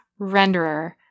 Renderer